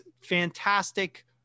fantastic